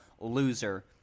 loser